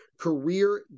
career